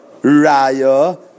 raya